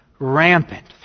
Rampant